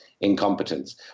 incompetence